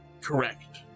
Correct